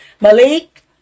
Malik